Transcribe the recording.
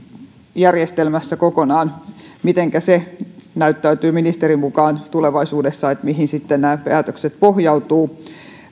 järjestelmässä kokonaan mitenkä se näyttäytyy ministerin mukaan tulevaisuudessa mihin sitten nämä päätökset pohjautuvat